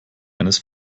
eines